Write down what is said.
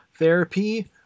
Therapy